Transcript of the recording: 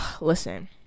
listen